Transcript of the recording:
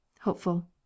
Hopeful